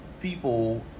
people